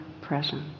presence